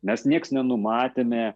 nes niekas nenumatėme